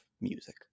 music